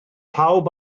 pawb